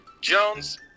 Jones